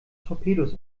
torpedos